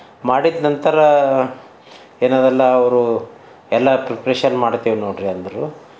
ಮಾಡಿದ ನಂತರ ಏನದಲ್ಲ ಅವರು ಎಲ್ಲ ಪ್ರಿಪ್ರೆಷನ್ ಮಾಡ್ತೀವಿ ನೋಡಿರಿ ಅಂದರು